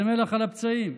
זה מלח על הפצעים.